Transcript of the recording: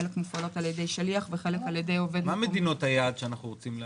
חלק על-ידי שליח- -- מה מדינות היעד שאנחנו רוצים להביא,